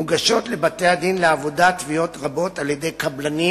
מוגשות לבתי-הדין לעבודה תביעות רבות על-ידי קבלנים